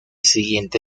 siguiente